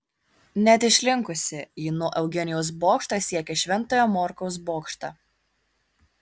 net išlinkusi ji nuo eugenijaus bokšto siekia šventojo morkaus bokštą